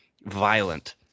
violent